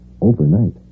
overnight